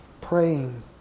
praying